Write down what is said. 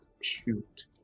shoot